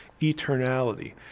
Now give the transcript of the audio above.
eternality